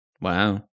Wow